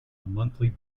monthly